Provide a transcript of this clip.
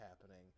happening